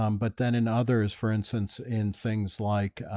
um but then in others for instance in things like,